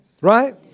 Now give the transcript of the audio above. Right